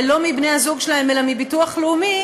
לא מבני-הזוג שלהן אלא מביטוח לאומי,